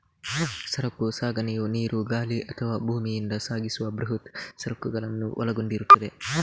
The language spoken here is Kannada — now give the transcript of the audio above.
ಸರಕು ಸಾಗಣೆಯು ನೀರು, ಗಾಳಿ ಅಥವಾ ಭೂಮಿಯಿಂದ ಸಾಗಿಸುವ ಬೃಹತ್ ಸರಕುಗಳನ್ನು ಒಳಗೊಂಡಿರುತ್ತದೆ